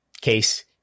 case